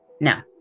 No